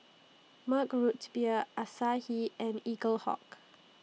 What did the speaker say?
Mug Roots Beer Asahi and Eaglehawk